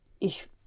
Ich